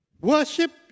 Worship